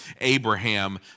Abraham